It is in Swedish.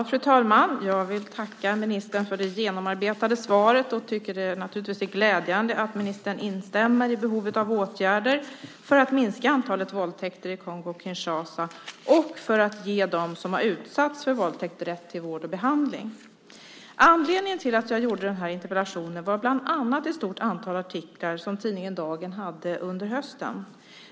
Fru talman! Jag vill tacka ministern för det genomarbetade svaret och tycker naturligtvis att det är glädjande att ministern instämmer i att det behövs åtgärder för att minska antalet våldtäkter i Kongo-Kinshasa och för att ge dem som har utsatts för våldtäkter rätt till vård och behandling. Anledningen till att jag ställde denna interpellation är bland annat ett stort antal artiklar som tidningen Dagen hade under hösten.